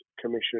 Commission